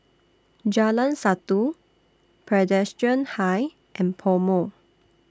Jalan Satu Presbyterian High and Pomo